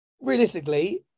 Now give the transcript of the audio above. realistically